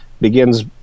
begins